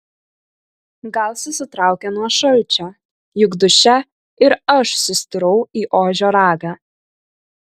gal susitraukė nuo šalčio juk duše ir aš sustirau į ožio ragą